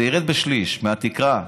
זה ירד בשליש מהתקרה.